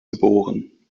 geboren